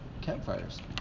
campfires